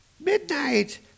midnight